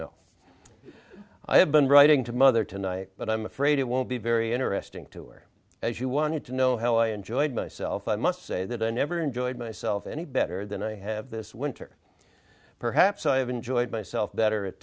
know i have been writing to mother tonight but i'm afraid it won't be very interesting to wear as you wanted to know how i enjoyed myself i must say that i never enjoyed myself any better than i have this winter perhaps i have enjoyed myself better at